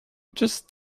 just